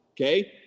Okay